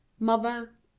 mother.